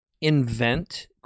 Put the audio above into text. invent